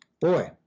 Boy